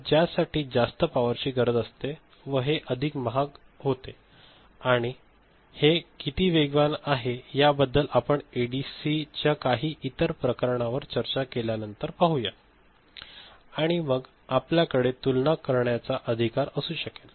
तर ज्या साठी जास्त पावर ची गरज असते व हे अधिक महाग होते आणि आणि हे किती वेगवान आहे याबद्दल आपण एडीसीच्या काही इतर प्रकारांवर चर्चा केल्या नंतर पाहूया आणि मग आपल्याकडे तुलना करण्याचा अधिकार असू शकेल